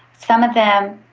some of them,